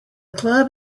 club